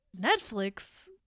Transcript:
Netflix